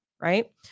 Right